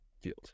field